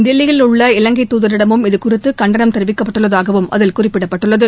தில்லியில் உள்ள இலங்கைத் துதரிடமும் இது குறித்து கண்டனம் தெரிவிக்கப்பட்டுள்ளதாகவும் அதில் குறிப்பிடப்பட்டுள்ளது